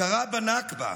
הכרה בנכבה,